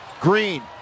Green